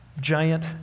giant